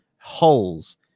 holes